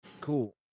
Cool